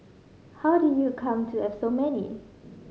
how did you come to have so many